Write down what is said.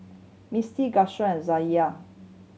Mistie and Zaniyah